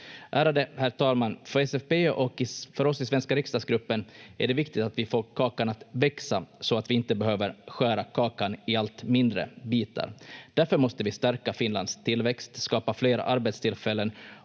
Ärade herr talman! För SFP och för oss i svenska riksdagsgruppen är det viktigt att vi får kakan att växa, så att vi inte behöver skära kakan i allt mindre bitar. Därför måste vi stärka Finlands tillväxt, skapa fler arbetstillfällen